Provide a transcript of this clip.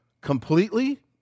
completely